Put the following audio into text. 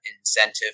incentive